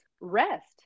rest